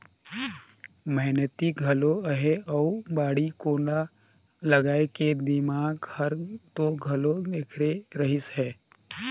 मेहनती घलो अहे अउ बाड़ी कोला लगाए के दिमाक हर तो घलो ऐखरे रहिस हे